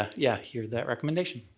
yeah yeah, hear that recommendation.